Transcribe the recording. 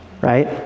right